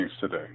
today